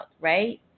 right